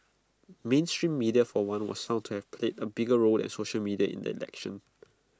mainstream media for one was sound that A bigger role than social media in the election